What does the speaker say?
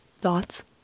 Thoughts